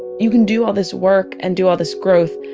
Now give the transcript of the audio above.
you can do all this work and do all this growth.